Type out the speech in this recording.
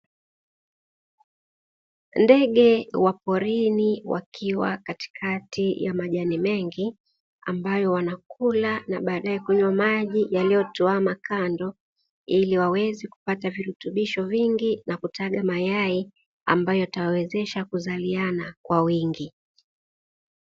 Ndege wa porini wakiwa katikati ya majani mengi, ambayo wanakula na baadae kunywa maji yaliyotuama kando ili waweze kupata virutubisho vingi na kutaga mayai mengi yatakayowawezesha kuzaliana kwa wingi.